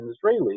Israeli